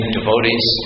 devotees